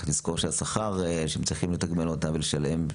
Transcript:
צריך לזכור שהשכר שהם צריכים לתגמל אותם ולשלם.